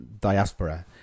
diaspora